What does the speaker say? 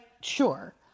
sure